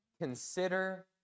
consider